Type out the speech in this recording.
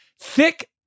thick